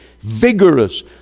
vigorous